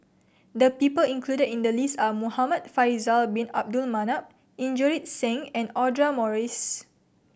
the people included in the list are Muhamad Faisal Bin Abdul Manap Inderjit Singh and Audra Morrice